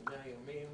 כ-100 ימים,